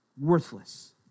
Worthless